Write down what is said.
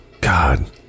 God